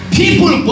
people